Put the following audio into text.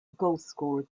goalscorer